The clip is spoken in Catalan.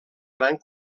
gran